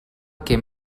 que